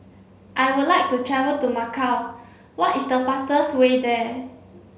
I would like to travel to Macau What is the fastest way there